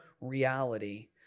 reality